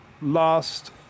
last